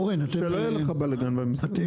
אני רוצה לדעת מה קורה אם אין הסכמה?